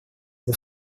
для